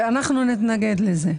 בכל השנים שהייתי בוועדה לא הסכמתי לזה.